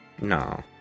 No